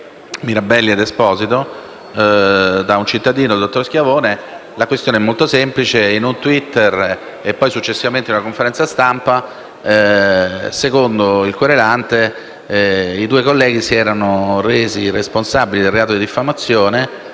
Mirabelli ed Esposito da un cittadino, il dottor Schiavone. La questione è molto semplice: in un *tweet* e poi successivamente in una conferenza stampa, secondo il querelante i due colleghi si erano resi responsabili del reato di diffamazione,